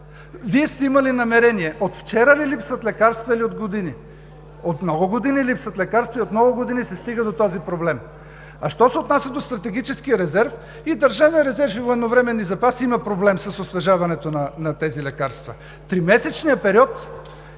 Вие сте имали намерение, но от вчера ли липсват лекарства или от години? От много години липсват лекарства и от много години се стига до този проблем. А що се отнася до стратегическия резерв, и „Държавен резерв и военновременни запаси“ има проблем с освежаването на тези лекарства. Тримесечният период